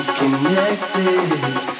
connected